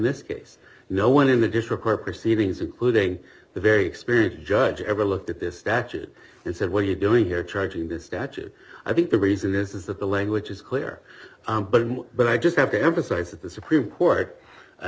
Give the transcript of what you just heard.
this case no one in the district court proceedings including the very experienced judge ever looked at this statute and said what are you doing here charging this statute i think the reason is that the language is clear but i just have to emphasize that the supreme court